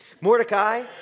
Mordecai